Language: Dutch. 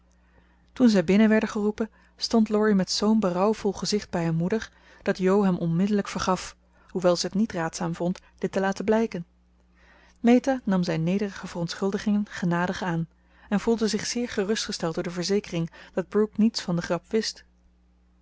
toen zij binnen werden geroepen stond laurie met zoo'n berouwvol gezicht bij hun moeder dat jo hem onmiddellijk vergaf hoewel ze het niet raadzaam vond dit te laten blijken meta nam zijn nederige verontschuldigingen genadig aan en voelde zich zeer gerustgesteld door de verzekering dat brooke niets van de grap wist